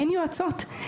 אין יועצות,